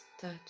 touch